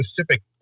specific